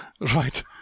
Right